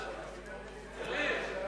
ההצעה